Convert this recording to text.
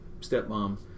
stepmom